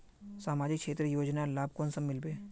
सामाजिक क्षेत्र योजनार लाभ कुंसम मिलबे?